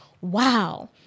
Wow